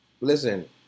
Listen